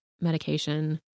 medication